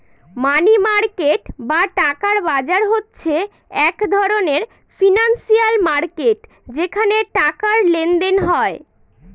মানি market বা টাকার বাজার হচ্ছে এক ধরনের ফিনান্সিয়াল মার্কেট যেখানে টাকার লেনদেন হয়